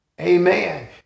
Amen